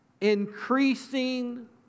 increasing